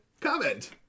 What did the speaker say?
comment